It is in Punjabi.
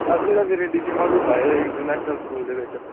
ਅਸੀਂ ਤਾਂ ਵੀਰੇ ਡੀ ਸੀ ਮਾਡਲ ਪਾਏ ਹੋਏ ਇੰਟਰਨੈਸ਼ਨਲ ਸਕੂਲ ਦੇ ਵਿੱਚ